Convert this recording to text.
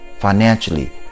financially